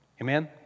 Amen